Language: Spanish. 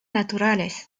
naturales